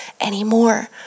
anymore